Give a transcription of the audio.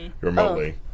remotely